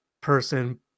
Person